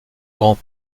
grand